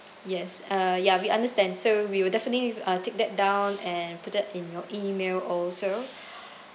yes uh ya we understand so we will definitely uh take that down and put that in your email also